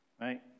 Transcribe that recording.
Right